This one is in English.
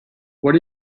what